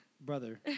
Brother